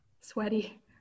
Sweaty